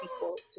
people